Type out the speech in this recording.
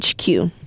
HQ